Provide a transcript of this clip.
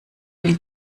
will